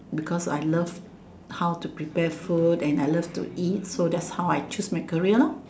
because I love how to prepare food and I love to eat so that's how I choose my career lor